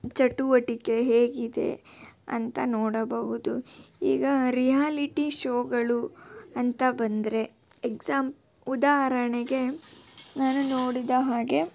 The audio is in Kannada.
ಚಟುವಟಿಕೆ ಹೇಗಿದೆ ಅಂತ ನೋಡಬಹುದು ಈಗ ರಿಯಾಲಿಟಿ ಶೋಗಳು ಅಂತ ಬಂದರೆ ಎಕ್ಸಾಂಪ್ ಉದಾಹರಣೆಗೆ ನಾನು ನೋಡಿದ ಹಾಗೆ